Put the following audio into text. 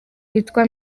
witwa